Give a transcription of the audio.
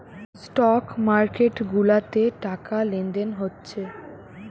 stock market গুলাতে টাকা লেনদেন হচ্ছে